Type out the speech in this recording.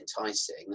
enticing